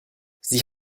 sie